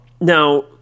Now